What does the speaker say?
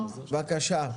בבקשה.